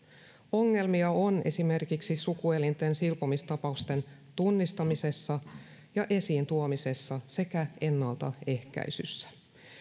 ongelmia on esimerkiksi sukuelinten silpomistapausten tunnistamisessa ja esiintuomisessa sekä ennaltaehkäisyssä